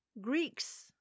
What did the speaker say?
Greeks